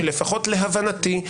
לפחות להבנתי,